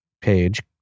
page